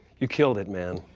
you killed it man,